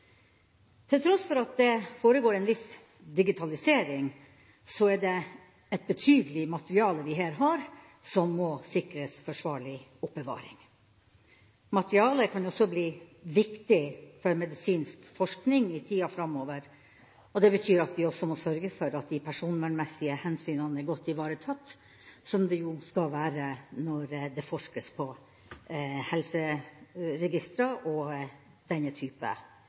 Til tross for at det foregår en viss digitalisering, er det et betydelig materiale vi her har, som må sikres forsvarlig oppvaring. Materialet kan også bli viktig for medisinsk forskning i tida framover. Det betyr at vi også må sørge for at de personvernmessige hensynene er godt ivaretatt, som de jo skal være når det forskes på helseregistre og denne type